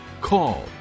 call